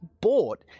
bought